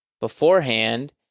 beforehand